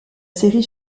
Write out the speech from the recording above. série